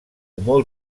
molt